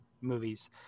movies